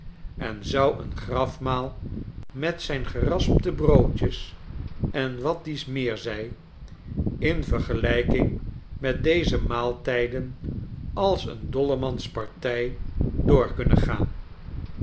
en zou een grafmaal met zijn geraspte broodjes en wat dies meer zij in vergelijking met deze maaltijden als een dollemans partij door kunnen gaan